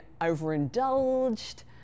overindulged